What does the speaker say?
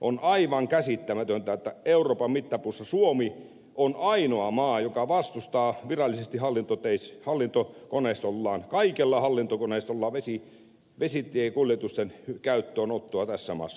on aivan käsittämätöntä että euroopan mittapuussa suomi on ainoa maa joka vastustaa virallisesti kaikella hallintokoneistollaan vesitiekuljetusten käyttöönottoa tässä maassa